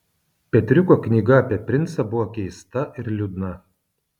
petriuko knyga apie princą buvo keista ir liūdna